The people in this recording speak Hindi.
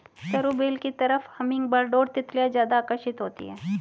सरू बेल की तरफ हमिंगबर्ड और तितलियां ज्यादा आकर्षित होती हैं